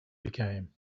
became